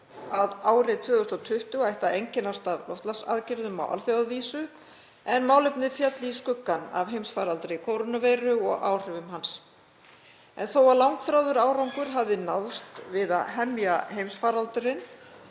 að árið 2020 ætti að einkennast af loftslagsaðgerðum á alþjóðavísu en málefnið féll í skuggann af heimsfaraldri kórónuveiru og áhrifum hans. En þó að langþráður árangur hafi náðst við að hemja heimsfaraldurinn